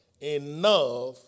Enough